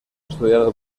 estudiado